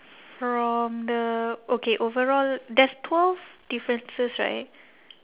from the okay overall there's twelve differences right